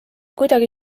kuidagi